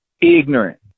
ignorant